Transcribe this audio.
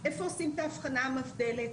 בחלק,